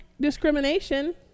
discrimination